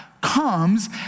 comes